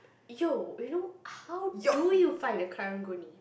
yo you know how do you find a karang-guni